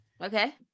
Okay